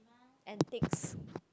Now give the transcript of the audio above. antiques